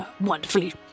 wonderfully